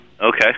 Okay